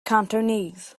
cantonese